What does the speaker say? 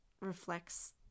reflects